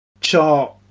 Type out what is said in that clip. chart